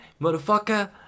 Motherfucker